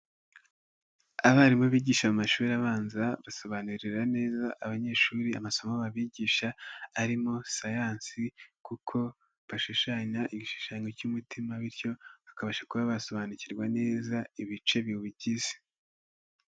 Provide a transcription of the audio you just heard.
Abarimu bigisha mu mashuri abanza basobanurira neza abanyeshuri amasomo babigisha, arimo sayansi kuko bashushanya igishushanyo cy'umutima bityo akabasha kuba basobanukirwa neza ibice biwugize.